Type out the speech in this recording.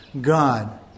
God